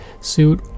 suit